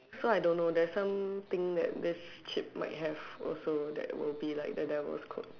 so I don't know there is something that his chip might have also that will be like the devil's code